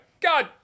God